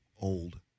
old